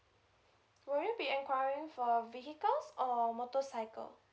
were you be enquiring for vehicles or motorcycle